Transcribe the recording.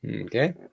Okay